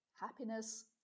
happiness